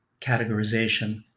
categorization